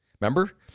Remember